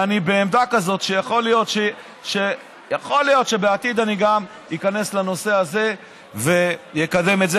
אני בעמדה כזאת שיכול להיות שבעתיד אני גם איכנס לנושא הזה ואקדם את זה.